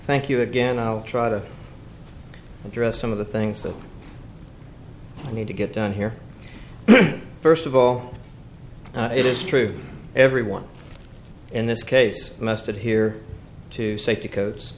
thank you again i'll try to address some of the things that need to get done here first of all it is true everyone in this case must adhere to safety co